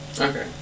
Okay